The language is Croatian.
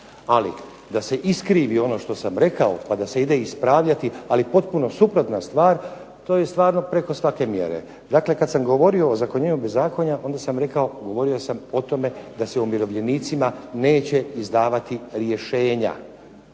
ali da se iskrivi ono što sam rekao pa da se ide ispravljati, ali potpuno suprotna stvar to je stvarno preko svake mjere. Dakle, kad sam govorio o ozakonjenju bezakonja onda sam rekao, govorio sam o tome da se umirovljenicima neće izdavati rješenja,